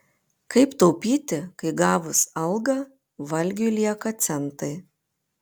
kaip taupyti kai gavus algą valgiui lieka centai